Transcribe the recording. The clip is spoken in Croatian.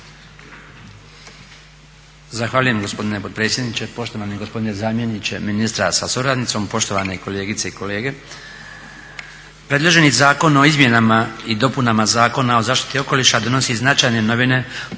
Zahvaljujem gospodine potpredsjedničke, poštovani gospodine zamjeniče ministra sa suradnicom, poštovane kolegice i kolege. Predloženi Zakon o izmjenama i dopunama Zakona o zaštiti okoliša donosi značajne novine